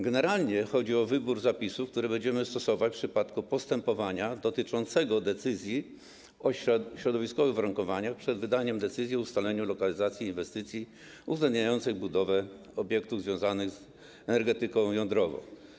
Generalnie chodzi o wybór zapisów, które będziemy stosować w przypadku postępowania dotyczącego decyzji o środowiskowych uwarunkowaniach przed wydaniem decyzji o ustaleniu lokalizacji inwestycji uwzględniających budowę obiektów związanych z energetyką jądrową.